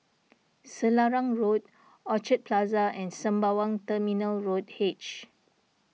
Selarang Road Orchard Plaza and Sembawang Terminal Road H